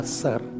sir